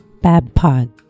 Babpod